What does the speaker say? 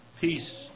peace